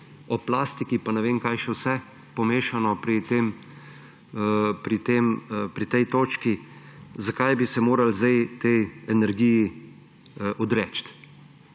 o plastiki, pa ne vem, kaj še vse pomešano pri tej točki, zakaj bi se morali zdaj tej energiji odreči.